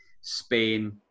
Spain